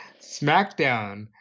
SmackDown